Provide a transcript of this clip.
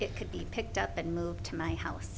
it could be picked up and moved to my house